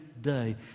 day